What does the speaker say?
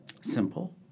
simple